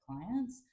clients